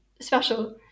special